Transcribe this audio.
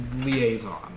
liaison